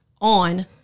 on